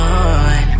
on